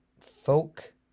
folk